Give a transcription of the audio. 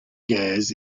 gas